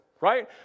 right